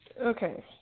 okay